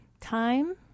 Time